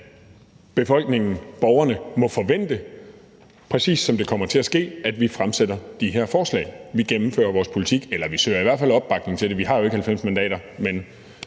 befolkningen, borgerne, må forvente, præcis som det kommer til at ske, at vi fremsætter de her forslag. Vi gennemfører vores politik, eller vi søger i hvert fald opbakning til det. Vi har jo ikke 90 mandater, men